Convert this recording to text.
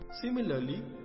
Similarly